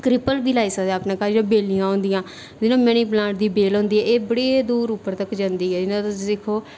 creeper बी लाई सकदे अपने घर जो बेलियां होंदियां जियां मनी प्लांट दी बेल होंदी ऐ एह् बड़ी दूर उप्पर तक जंदी ऐ जियां तुस दिक्खो